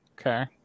okay